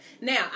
now